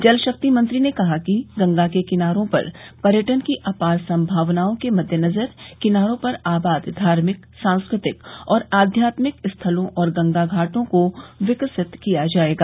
जल शक्ति मंत्री ने कहा कि गंगा के किनारों पर पर्यटन की अपार संभावनाओं के मददेनज़र किनारों पर आबाद धार्मिक सांस्कृतिक और आध्यात्मिक स्थलों और गंगा घाटों को विकसित किया जायेगा